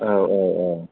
औ औ औ